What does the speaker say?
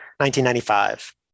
1995